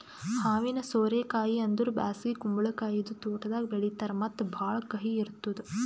ಹಾವಿನ ಸೋರೆ ಕಾಯಿ ಅಂದುರ್ ಬ್ಯಾಸಗಿ ಕುಂಬಳಕಾಯಿ ಇದು ತೋಟದಾಗ್ ಬೆಳೀತಾರ್ ಮತ್ತ ಭಾಳ ಕಹಿ ಇರ್ತುದ್